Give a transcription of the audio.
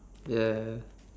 ya